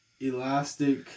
elastic